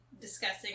discussing